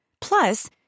Plus